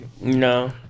No